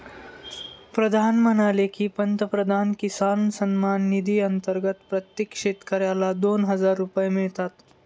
प्रधान म्हणाले की, पंतप्रधान किसान सन्मान निधी अंतर्गत प्रत्येक शेतकऱ्याला दोन हजार रुपये मिळतात